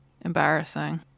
embarrassing